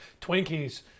Twinkies